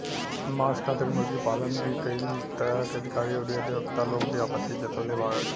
मांस खातिर मुर्गी पालन पर भी कई तरह के अधिकारी अउरी अधिवक्ता लोग भी आपत्ति जतवले बाड़न